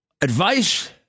Advice